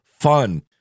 fun